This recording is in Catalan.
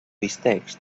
bistecs